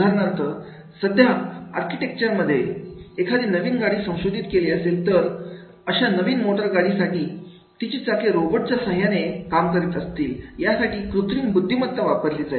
उदाहरणार्थ सध्या आर्किटेक्चर मध्ये एखादी नवीन गाडी संशोधित केली असेल तर अशा नवीन मोटर गाडी साठी तिची चाके रोबोट च्या साह्याने काम करीत असतील यासाठी कृत्रिम बुद्धिमत्ता वापरली जाईल